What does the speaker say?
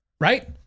right